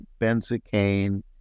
benzocaine